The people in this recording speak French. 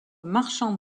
marchand